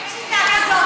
אין שיטה כזאת,